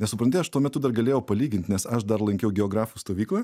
nes supranti aš tuo metu dar galėjau palygint nes aš dar lankiau geografų stovyklą